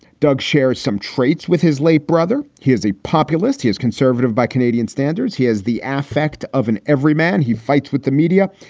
doug shares some traits with his late brother. is a populist. he is conservative by canadian standards. he has the affect of an everyman. he fights with the media.